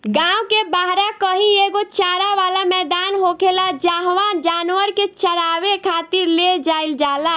गांव के बाहरा कही एगो चारा वाला मैदान होखेला जाहवा जानवर के चारावे खातिर ले जाईल जाला